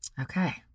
Okay